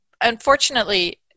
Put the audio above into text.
unfortunately